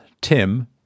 Tim